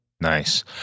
Nice